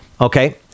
okay